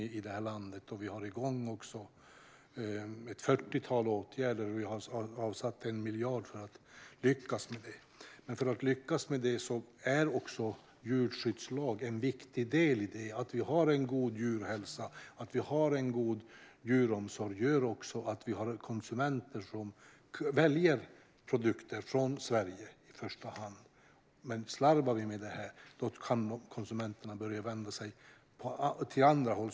Vi har satt igång ett fyrtiotal åtgärder och avsatt 1 miljard för att lyckas med det. I detta är djurskyddslagen en viktig del. Att vi har god djurhälsa och djuromsorg gör att många konsumenter väljer svenska produkter i första hand, men om vi slarvar med det kan dessa konsumenter vända sig åt andra håll.